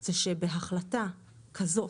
זה שבהחלטה כזאת,